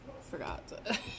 forgot